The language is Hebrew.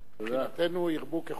נכדינו ירבו ככל שאפשר.